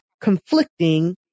conflicting